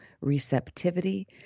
receptivity